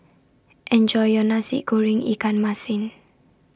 Enjoy your Nasi Goreng Ikan Masin